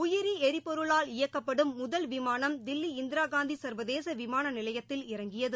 உயிரி எரிபொருளால் இயக்கப்படும் முதல் விமானம் தில்லி இந்திரா காந்தி சன்வதேச விமான நிலையத்தில் இறங்கியது